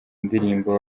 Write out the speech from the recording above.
ndirimbo